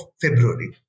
February